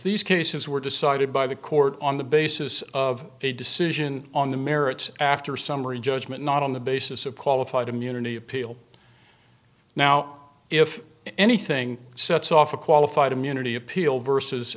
these cases were decided by the court on the basis of a decision on the merits after summary judgment not on the basis of qualified immunity appeal now if anything sets off a qualified immunity appeal versus